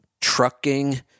trucking